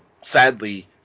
sadly